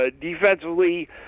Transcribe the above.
Defensively